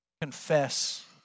Confess